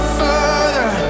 further